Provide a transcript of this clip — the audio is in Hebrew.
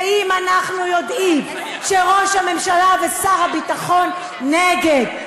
ואם אנחנו יודעים שראש הממשלה ושר הביטחון נגד,